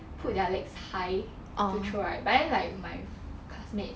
put their legs high to throw right but then like my classmate